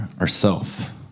ourself